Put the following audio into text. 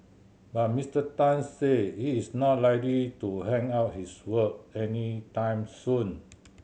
but Mister Tan said he is not likely to hang up his wok anytime soon